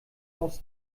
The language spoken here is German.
aus